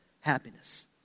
happiness